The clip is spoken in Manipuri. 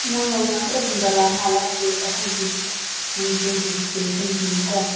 ꯃꯣꯏ ꯃꯃꯜ ꯂꯣꯏ ꯍꯦꯟꯒꯠꯂꯕ ꯃꯥꯜꯂꯦ ꯍꯥꯏꯕꯗꯤ ꯑꯩꯈꯣꯏꯒꯤ ꯃꯅꯤꯄꯨꯔꯒꯤ ꯁꯤꯆꯨꯌꯦꯁꯟꯁꯤꯒꯀꯣ